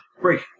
Break